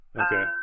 okay